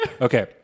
Okay